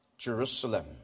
Jerusalem